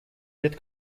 wird